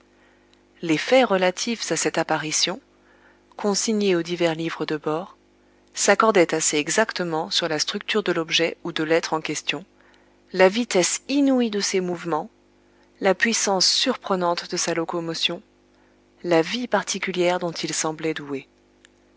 les faits relatifs à cette apparition consignés aux divers livres de bord s'accordaient assez exactement sur la structure de l'objet ou de l'être en question la vitesse inouïe de ses mouvements la puissance surprenante de sa locomotion la vie particulière dont il semblait doué